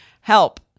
Help